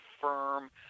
firm